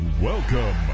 Welcome